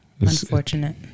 unfortunate